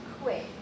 quick